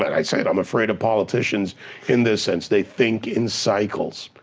i said, i'm afraid of politicians in this sense. they think in cycles,